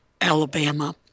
Alabama